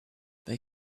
they